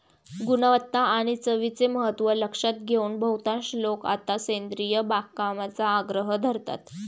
गुणवत्ता आणि चवीचे महत्त्व लक्षात घेऊन बहुतांश लोक आता सेंद्रिय बागकामाचा आग्रह धरतात